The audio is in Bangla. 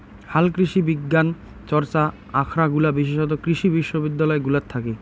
হালকৃষিবিজ্ঞান চর্চা আখরাগুলা বিশেষতঃ কৃষি বিশ্ববিদ্যালয় গুলাত থাকি